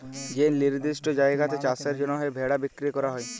যে লিরদিষ্ট জায়গাতে চাষের জ্যনহে ভেড়া বিক্কিরি ক্যরা হ্যয়